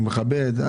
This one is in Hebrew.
הוא מכבד.